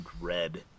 red